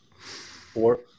four